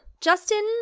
Justin